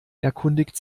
erkundigt